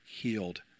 healed